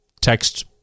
text